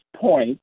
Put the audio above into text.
point